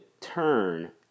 turn